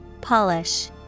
Polish